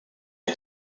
est